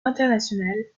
internationale